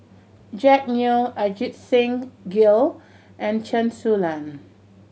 Jack Neo Ajit Singh Gill and Chen Su Lan